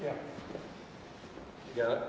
yeah yeah